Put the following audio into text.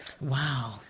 Wow